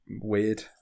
Weird